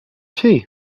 tea